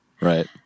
Right